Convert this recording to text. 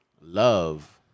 love